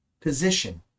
position